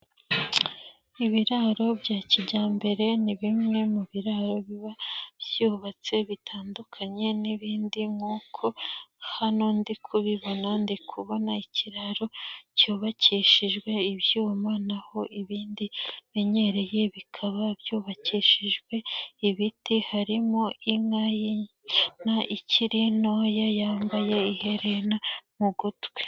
Ibiraro bya kijyambere ni bimwe mu biraro biba byubatse bitandukanye n'ibindi nk'uko hano ndi kubibona ndi kubona ikiraro cyubakishijwe ibyuma naho ibindi menyereye bikaba byubakishijwe ibiti, harimo inka y'inyana ikiri ntoya yambaye iherera mu gutwi.